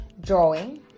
drawing